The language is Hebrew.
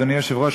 אדוני היושב-ראש,